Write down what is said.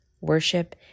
worship